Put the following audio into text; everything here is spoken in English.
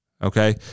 okay